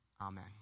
Amen